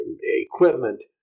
equipment